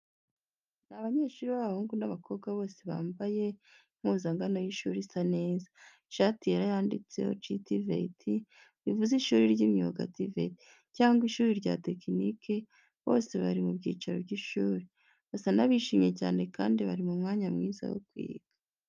Ni abanyeshuri b’abahungu n’abakobwa, bose bambaye uniforme y’ishuri isa neza: ishati yera yanditseho "G. TVET," bivuze ishuri ry'imyuga TVET” cyangwa ishuri rya tekinike. Bose bari mu byicaro by’ishuri, basa n’abishimye cyane kandi bari mu mwanya mwiza wo kwiga.